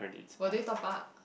were they top up